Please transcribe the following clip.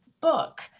book